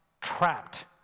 trapped